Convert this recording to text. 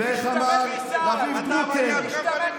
איך אמר רביב דרוקר, משתמט מצה"ל, תתבייש לך.